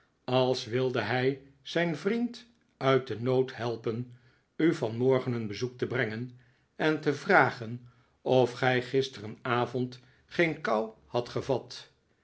als wilde hij zijn vriend uit den nood helpen u vanmorgen een bezoek te brengen en te vragen of gij gisterenavond geen kou hadt gevat